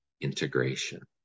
integration